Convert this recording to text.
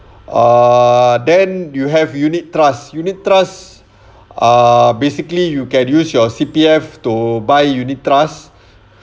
ah then you have unit trust unit trust ah basically you can use your C_P_F to buy unit trusts